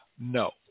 No